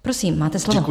Prosím, máte slovo.